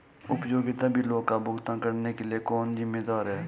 उपयोगिता बिलों का भुगतान करने के लिए कौन जिम्मेदार है?